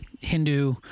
Hindu